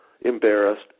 embarrassed